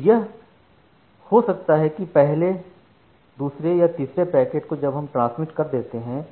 तो यह हो सकता है कि पहले दूसरे या तीसरे पैकेट को जब हम ट्रांसमिट कर देते हैं